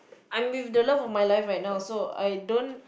I'm with the love of my life right now so I don't